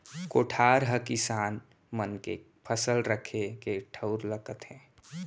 कोठार हकिसान मन के फसल रखे के ठउर ल कथें